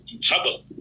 trouble